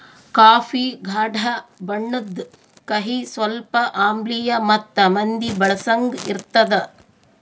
coffee ಗಾಢ ಬಣ್ಣುದ್, ಕಹಿ, ಸ್ವಲ್ಪ ಆಮ್ಲಿಯ ಮತ್ತ ಮಂದಿ ಬಳಸಂಗ್ ಇರ್ತದ